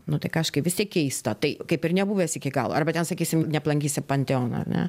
nu tai kažkaip vis tiek keista tai kaip ir nebuvęs iki galo arba ten sakysim neaplankysi panteono ar ne